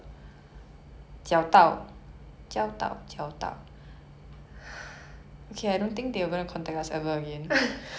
okay but anyways I'm trying my best here dion can you